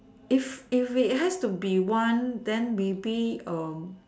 if if it has to be one then maybe